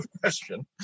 question